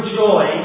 joy